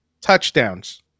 touchdowns